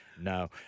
No